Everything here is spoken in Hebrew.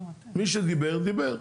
מי שדיבר, דיבר.